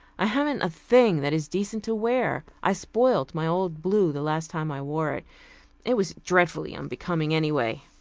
i haven't a thing that is decent to wear. i spoiled my old blue the last time i wore it. it was dreadfully unbecoming, anyway.